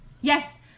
yes